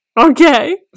Okay